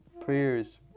prayers